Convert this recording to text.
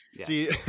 See